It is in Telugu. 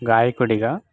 గాయకుడిగా